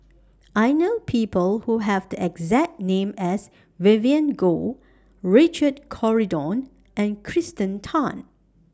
I know People Who Have The exact name as Vivien Goh Richard Corridon and Kirsten Tan